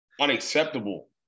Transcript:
unacceptable